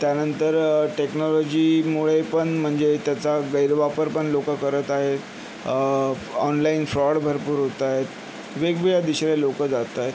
त्यानंतर टेक्नॉलॉजीमुळे पण म्हणजे त्याचा गैरवापर पण लोक करत आहेत ऑनलाइन फ्रॉड भरपूर होतायत वेगवेळ्या दिशेने लोक जातायत